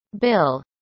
bill